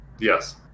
Yes